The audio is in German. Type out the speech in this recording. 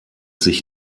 sich